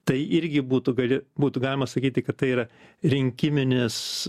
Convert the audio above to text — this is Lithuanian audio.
tai irgi būtų gali būtų galima sakyti kad tai yra rinkiminės